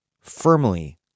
firmly